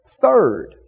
third